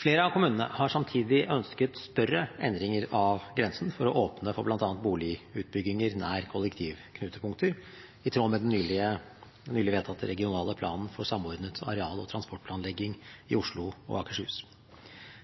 Flere av kommunene har samtidig ønsket større endringer av grensen for å åpne for bl.a. boligutbygginger nær kollektivknutepunkter, i tråd med den nylig vedtatte regionale planen for samordnet areal- og transportplanlegging i Oslo og Akershus.